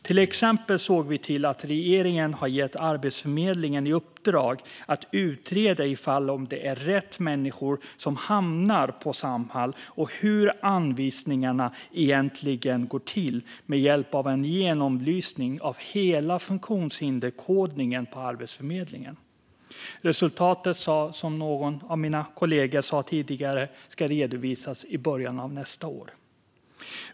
Till exempel såg vi till att regeringen gav Arbetsförmedlingen i uppdrag att utreda om det är rätt människor som hamnar på Samhall och hur anvisningarna egentligen går till, detta med hjälp av en genomlysning av hela funktionshinderskodningen på Arbetsförmedlingen. Resultatet ska redovisas i början av nästa år, som någon av mina kollegor sa tidigare.